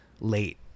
late